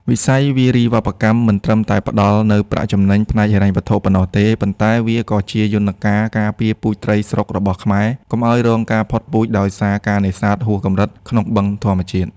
វិស័យវារីវប្បកម្មមិនត្រឹមតែផ្ដល់នូវប្រាក់ចំណេញផ្នែកហិរញ្ញវត្ថុប៉ុណ្ណោះទេ ប៉ុន្តែវាក៏ជាយន្តការការពារពូជត្រីស្រុករបស់ខ្មែរ កុំឱ្យរងការផុតពូជដោយសារការនេសាទហួសកម្រិតក្នុងបឹងធម្មជាតិ។